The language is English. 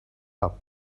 hop